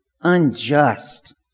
unjust